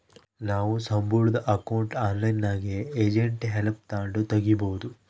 ನಾವು ಸಂಬುಳುದ್ ಅಕೌಂಟ್ನ ಆನ್ಲೈನ್ನಾಗೆ ಏಜೆಂಟ್ ಹೆಲ್ಪ್ ತಾಂಡು ತಗೀಬೋದು